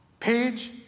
page